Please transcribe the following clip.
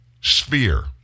sphere